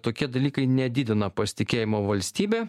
tokie dalykai nedidina pasitikėjimo valstybe